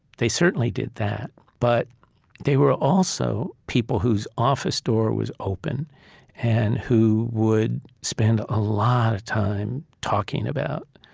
they certainly did that. but they were also people whose office door was open and who would spend a lot of time talking about